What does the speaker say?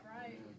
Right